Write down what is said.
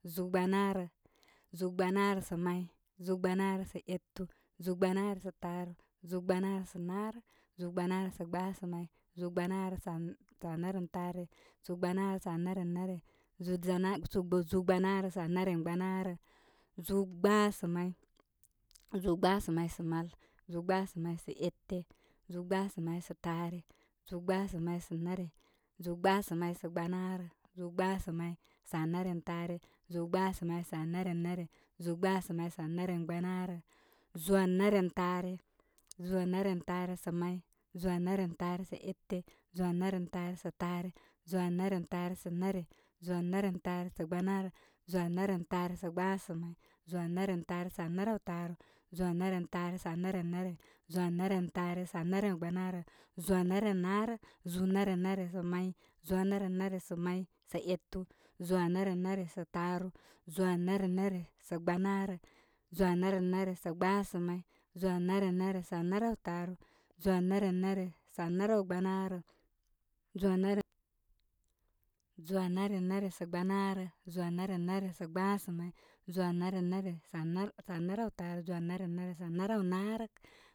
Zūūgbanarə, zūūgbanarə sa may, zūūgbanarə sa etu, zūū gbanarə sa taaru, zūūgbanarə sa narək, zugbarūgbanarə sa gbasamay. k zūūgbanarə ssa naren taare, zūūgbanarə sa narenare, zūūgbanarə sa anaren gbanarə, zūūgbasamay, zūūgbasamau sa mal, zūūgbasa may sa etu, zūūgbasamay sataare, zūūgbasa may sa nare, zūūgasamay sa gbanarə, zūūgbasamay sa naren taare, zūūgbasamay sa narenare, zūūgbasamay sa narengbanarə, zūūarentance zūūarentaare sa may, zūūaren taare sa etu, zūū anerentaare sa taaru zūū a rentaare sanare, zūū an aren taare sa gbanarə, zūū anaren taare sa gbasamay, zūū anarentaare sa narawtaaru, zūū anarentaare sa naren are, zūūanaren taare sa narawgbanarə, zuū a ren arək, zūū naren are sa may, zūū narenare samay sa etu, zūū naren are sa taaru, zūū narenare sa gbanarə, zūū a narenare sa gbasa may, zūū a narenare sa arawtaaru, zūū anarenare sa anarawgbanarə zūū anarenare sa gbanarə, zūū anaren are sa gbasamay, sa naraw taaru, zūū anarenare sa narawnarək.